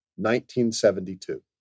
1972